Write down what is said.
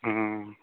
ᱚ